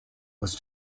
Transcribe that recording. was